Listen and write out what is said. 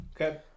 Okay